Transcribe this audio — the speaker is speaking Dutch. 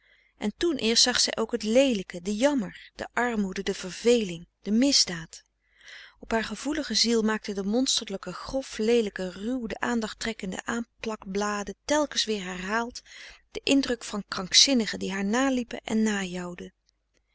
en toen eerst zag zij ook het leelijke den jammer de armoede de verveling de misdaad op haar gevoelige ziel maakten de monsterlijke grof leelijke ruw de aandacht trekkende aanplak bladen telkens weer herhaald den indruk van frederik van eeden van de koele meren des doods krankzinnigen die haar naliepen en najouwden